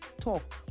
talk